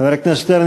חבר הכנסת שטרן,